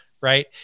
right